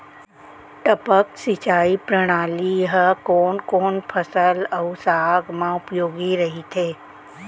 टपक सिंचाई प्रणाली ह कोन कोन फसल अऊ साग म उपयोगी कहिथे?